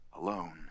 alone